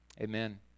Amen